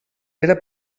era